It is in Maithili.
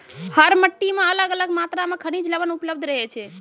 हर मिट्टी मॅ अलग अलग मात्रा मॅ खनिज लवण उपलब्ध रहै छै